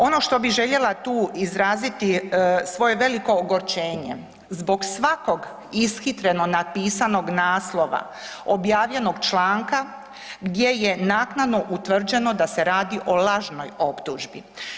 Ono što bih željela tu izraziti svoje veliko ogorčenje zbog svakog ishitreno napisanog naslova, objavljenog članka gdje je naknadno utvrđeno da se radi o lažnoj optužbi.